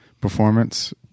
performance